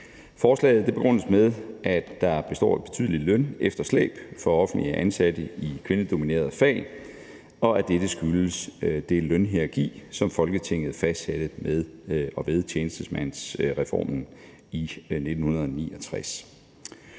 Forslaget begrundes med, at der består et betydeligt lønefterslæb for offentligt ansatte i kvindedominerede fag, og at dette skyldes det lønhierarki, som Folketinget fastsatte med og ved tjenestemandsreformen i 1969.